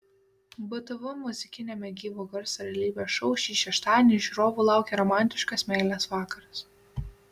btv muzikiniame gyvo garso realybės šou šį šeštadienį žiūrovų laukia romantiškas meilės vakaras